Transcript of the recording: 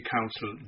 Council